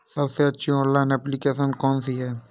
सबसे अच्छी online application कौन सी है?